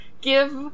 give